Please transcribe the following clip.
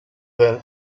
than